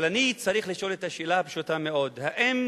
אבל אני צריך לשאול את השאלה הפשוטה מאוד: האם